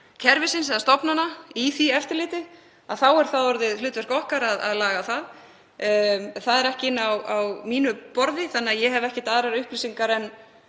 kerfisins eða stofnana í því eftirliti þá er það orðið hlutverk okkar að laga það. Það er ekki á mínu borði þannig að ég hef ekki aðrar upplýsingar en